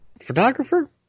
Photographer